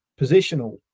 positional